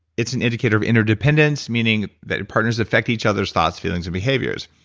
it's an indicator of interdependence, meaning that partners affect each other's thoughts, feelings, and behaviors.